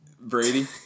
Brady